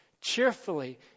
cheerfully